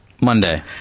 Monday